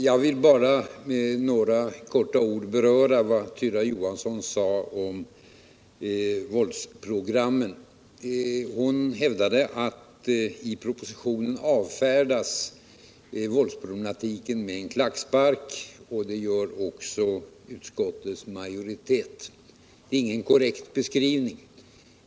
Herr talman! Jag vill bara kort beröra vad Tyra Johansson sade om våldsprogrammen. Hon hävdade att våldsproblematiken avfärdas med en klackspark i propositionen och att också utskottsmajoriteten gör det. Det är ingen korrekt beskrivning.